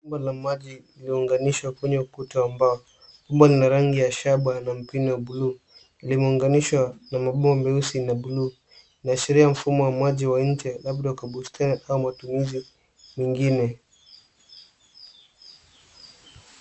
Mba la maji iliunganishwa kwenye ukuta wa mbao. Mba una rangi ya shaba na mpini wa buluu. Ilimeunganishwa na mabomba meusi na buluu. Inashiria mfumo wa maji wa nje labda kwa bustani au matumizi mwingine.